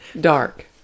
dark